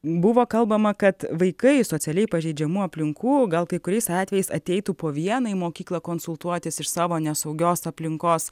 buvo kalbama kad vaikai socialiai pažeidžiamų aplinkų gal kai kuriais atvejais ateitų po vieną į mokyklą konsultuotis iš savo nesaugios aplinkos